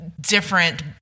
different